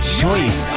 choice